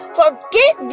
forget